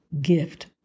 gift